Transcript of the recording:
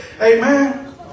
Amen